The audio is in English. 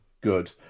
Good